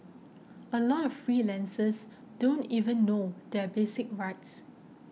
a lot of freelancers don't even know their basic rights